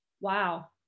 Wow